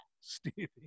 stevie